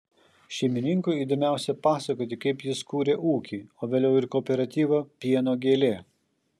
šeimininkui įdomiausia pasakoti kaip jis kūrė ūkį o vėliau ir kooperatyvą pieno gėlė